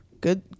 good